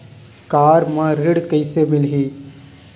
Car म ऋण कइसे मिलही?